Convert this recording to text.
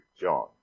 John